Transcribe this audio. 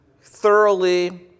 thoroughly